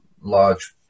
large